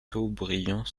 châteaubriant